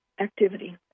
activity